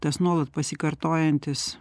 tas nuolat pasikartojantis